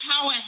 power